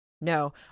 No